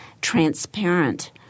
transparent